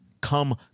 come